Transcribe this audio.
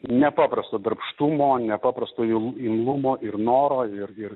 nepaprasto darbštumo nepaprasto imlumo ir noro ir ir